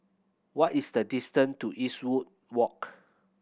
what is the distance to Eastwood Walk